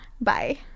bye